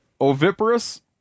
oviparous